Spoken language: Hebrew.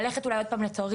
ללכת אולי עוד פעם לתורים,